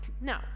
No